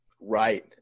Right